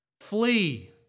Flee